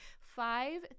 five